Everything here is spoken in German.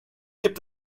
gibt